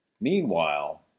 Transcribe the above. Meanwhile